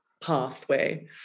Pathway